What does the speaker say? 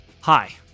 Hi